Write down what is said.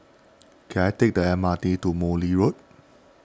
can I take the M R T to Morley Road